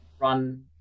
run